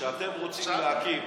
שאתם רוצים להקים,